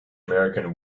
american